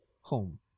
home